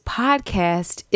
podcast